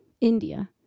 India